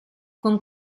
con